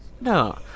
No